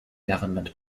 government